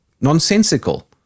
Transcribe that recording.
nonsensical